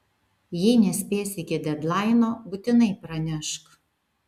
jei nespėsi iki dedlaino būtinai pranešk